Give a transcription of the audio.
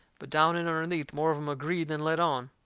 but down in underneath more of em agreed than let on.